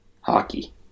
hockey